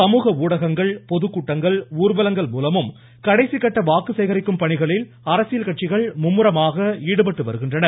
சமூக ஊடகங்கள் பொதுக்கூட்டங்கள் ஊர்வலங்கள் மூலமும் கடைசிகட்ட வாக்கு சேகரிக்கும் பணிகளில் அரசியல் கட்சிகள் மும்முரமாக நடைபெற்று வருகின்றன